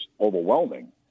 overwhelming